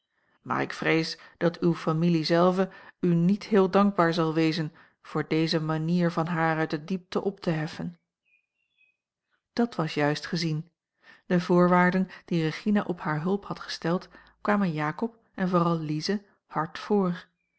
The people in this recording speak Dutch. maar ik vrees dat uwe familie zelve u niet heel dankbaar zal wezen voor deze manier van haar uit de diepte op te heffen dat was juist gezien de voorwaarden die regina op hare hulp had gesteld kwamen jacob en vooral lize hard voor